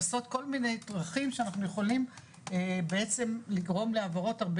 לעשות כל מיני דרכים שאנחנו יכולים בעצם לגרום להעברות הרבה